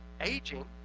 aging